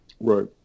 right